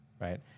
right